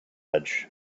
edge